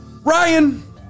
Ryan